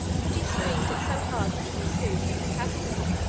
but he squeezed it so hard between his hoof and his pastern,